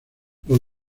los